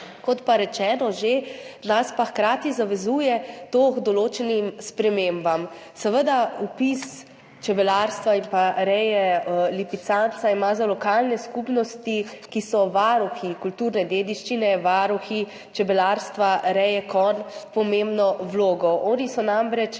Kot pa že rečeno, nas pa hkrati to zavezuje k določenim spremembam. Seveda ima vpis čebelarstva in pa reje lipicanca ima za lokalne skupnosti, ki so varuhi kulturne dediščine, varuhi čebelarstva, reje konj, pomembno vlogo, oni so namreč